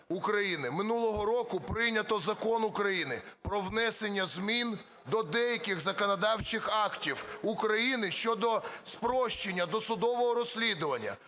минулого року прийнято Закон України "Про внесення змін до деяких законодавчих актів України щодо спрощення досудового розслідування